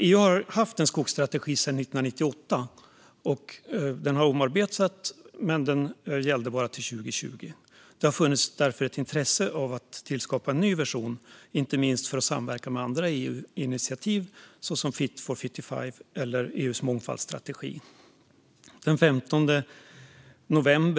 EU har haft en skogsstrategi sedan 1998. Den har omarbetats, men den gällde bara till 2020. Det har därför funnits ett intresse av att tillskapa en ny version, inte minst för att samverka med andra EU-initiativ såsom Fit for 55 och EU:s mångfaldsstrategi.